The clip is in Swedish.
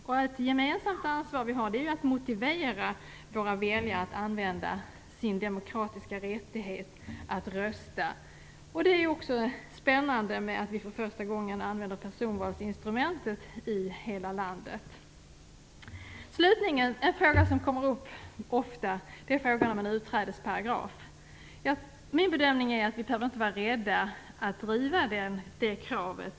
Vi har ett gemensamt ansvar att motivera våra väljare att använda sin demokratiska rättighet att rösta. Det är också spännande att vi för första gången använder personvalsinstrumentet i hela landet. Slutligen kommer frågan om en utträdesparagraf ofta upp. Min bedömning är att vi inte behöver vara rädda för att driva det kravet.